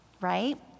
right